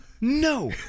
No